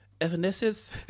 Evanescence